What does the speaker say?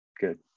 Good